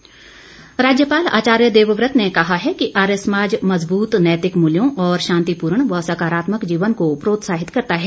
देवव्रत राज्यपाल आचार्य देवव्रत ने कहा है कि आर्य समाज मजबूत नैतिक मुल्यों और शांति पूर्ण व सकारात्मक जीवन को प्रोत्साहित करता है